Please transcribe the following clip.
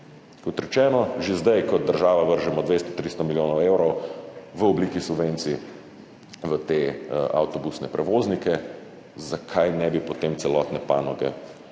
Kot rečeno, že zdaj kot država vržemo 200, 300 milijonov evrov v obliki subvencij v te avtobusne prevoznike. Zakaj ne bi potem celotne panoge država